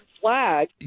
flag